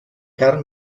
carn